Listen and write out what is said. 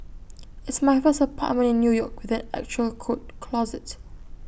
it's my first apartment in new york with an actual coat closet